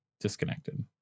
disconnected